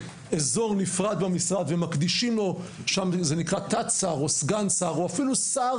כאזור נפרד במשרד ומקדישים לו שם זה נקרא תת שר או סגן שר או אפילו שר